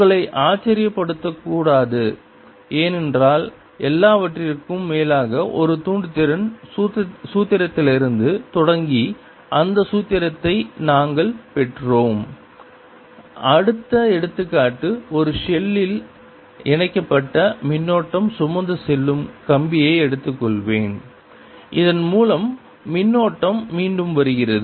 உங்களை ஆச்சரியப்படுத்த கூடாது ஏனென்றால் எல்லாவற்றிற்கும் மேலாக ஒரு தூண்டுதிறன் சூத்திரத்திலிருந்து தொடங்கி அந்த சூத்திரத்தை நாங்கள் பெற்றோம் அடுத்த எடுத்துக்காட்டு ஒரு ஷெல்லில் இணைக்கப்பட்ட மின்னோட்டம் சுமந்து செல்லும் கம்பியை எடுத்துக்கொள்வேன் இதன் மூலம் மின்னோட்டம் மீண்டும் வருகிறது